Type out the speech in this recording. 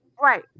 Right